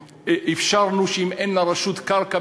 אפשרנו שאם אין לרשות קרקע,